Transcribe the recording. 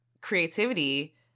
creativity